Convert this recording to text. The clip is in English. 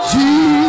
Jesus